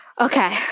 Okay